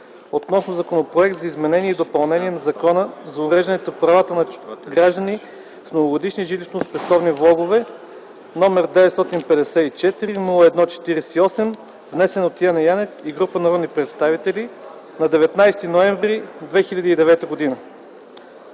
по Законопроект за изменение и допълнение на Закона за уреждане правата на граждани с многогодишни жилищноспестовни влогове, № 954-01-48, внесен от Яне Янев и група народни представители на 19 ноември 2009 г.